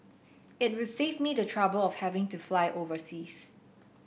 it save me the trouble of having to fly overseas